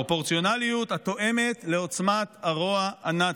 פרופורציונליות התואמת את עוצמת הרוע הנאצי.